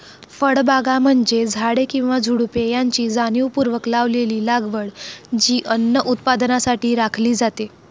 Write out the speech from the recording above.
फळबागा म्हणजे झाडे किंवा झुडुपे यांची जाणीवपूर्वक लावलेली लागवड जी अन्न उत्पादनासाठी राखली जाते